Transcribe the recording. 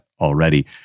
already